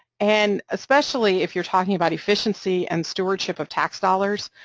and, especially if you're talking about efficiency and stewardship of tax dollars,